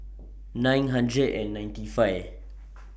nine hundred and ninety five